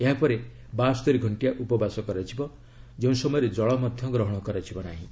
ଏହାପରେ ବାସ୍ତରି ଘଷ୍ଟିଆ ଉପବାସ କରାଯିବ ଯେଉଁ ସମୟରେ ଜଳ ମଧ୍ୟ ଗ୍ରହଣ କରାଯିବ ନାହିଁ